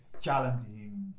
challenging